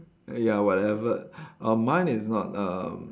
ya whatever uh mine is not um